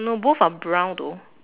no both are brown though